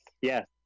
Yes